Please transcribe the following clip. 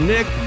Nick